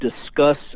discuss